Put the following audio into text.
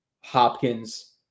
Hopkins